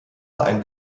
ein